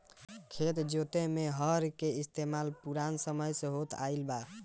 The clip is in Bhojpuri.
खेत जोते में हर के इस्तेमाल पुरान समय से होखत आइल बा